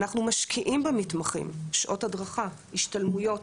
אנחנו משקיעים במתמחים שעות הדרכה, השתלמויות.